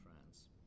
France